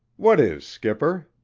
what is, skipper?